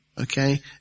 Okay